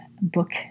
book